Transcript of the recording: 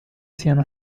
siano